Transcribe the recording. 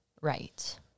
Right